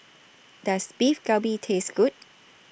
Does Beef Galbi Taste Good